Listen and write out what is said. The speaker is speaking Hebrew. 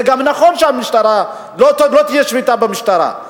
זה גם נכון שלא תהיה שביתה במשטרה.